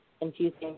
Infusing